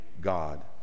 God